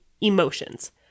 emotions